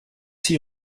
six